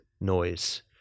noise